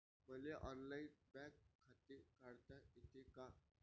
मले online bank खाते काढता येते का?